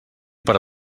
per